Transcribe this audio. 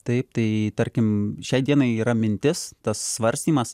taip tai tarkim šiai dienai yra mintis tas svarstymas